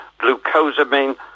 glucosamine